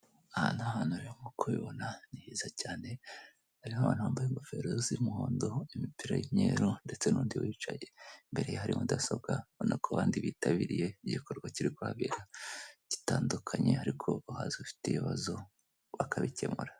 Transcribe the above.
Aha n'ahantu rero nkuko ubibona ni heza cyane harimo bambaye ingofero z'umuhondo imipira y'imyeru ndetse n'undi wicaye imbere hari mudasobwa ubona ko abandi bitabiriye igikorwa kirikuhabera gitandukanye ariko uhaza ufite ibibazo bakabikemura.